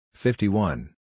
Fifty-one